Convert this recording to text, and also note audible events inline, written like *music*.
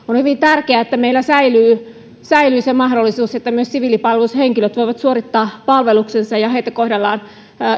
*unintelligible* on hyvin tärkeää että meillä säilyy se mahdollisuus että myös siviilipalvelushenkilöt voivat suorittaa palveluksensa ja heitä kohdellaan